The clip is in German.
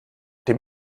dem